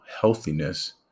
healthiness